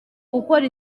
gukora